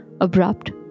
Abrupt